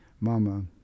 Mama